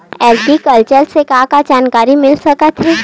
Agriculture से का का जानकारी मिल सकत हे?